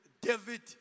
David